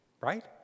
Right